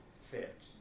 fit